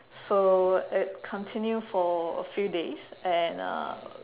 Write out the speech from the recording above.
so it continue for a few days and uh